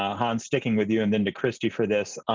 ah hans, sticking with you and then to christy for this.